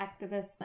activists